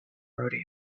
rodeo